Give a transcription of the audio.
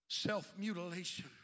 Self-mutilation